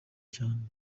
cyane